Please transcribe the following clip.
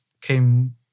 came